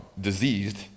diseased